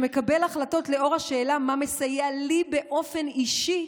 שמקבל החלטות לאור השאלה מה מסייע לי באופן אישי,